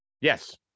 Yes